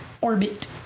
orbit